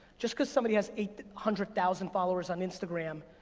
just cause somebody has eight hundred thousand followers on instagram,